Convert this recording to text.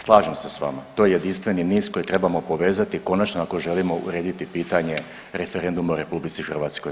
Slažem se s vama, to je jedinstveni niz koji trebamo povezati, konačno ako želimo urediti pitanje referenduma u RH.